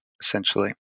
essentially